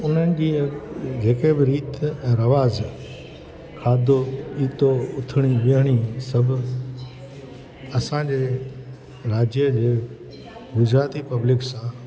उन्हनि ॾींहं जेके बि रीति ऐं रवाजु खाधो पितो उथिणी विहिणी सभु असांजे राज्य गुजराती पब्लिक सां